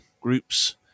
groups